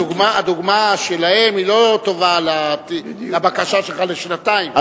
הדוגמה שלהם לא טובה לבקשה שלך לשנתיים,